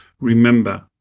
Remember